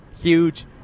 Huge